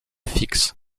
fixes